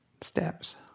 steps